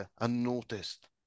unnoticed